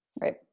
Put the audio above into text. Right